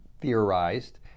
theorized